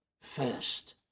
first